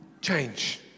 Change